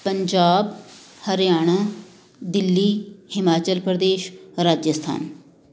Punjab Haryana Delhi Himachal Pradesh Rajasthan